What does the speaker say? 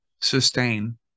sustain